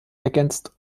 ergänzt